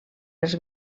els